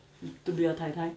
to be a 太太